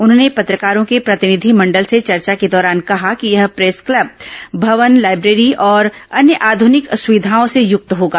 उन्होंने पत्रकारों के प्रतिनिधिमंडल से चर्चा के दौरान कहा कि यह प्रेस क्लब भवन लाइब्रेरी और अन्य आधुनिक सुविधाओं से युक्त होगा